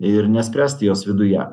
ir nespręsti jos viduje